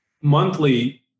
monthly